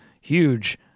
huge